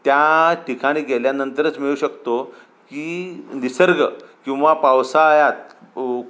त्या ठिकाणी गेल्यानंतरच मिळू शकतो की निसर्ग किंवा पावसाळ्यात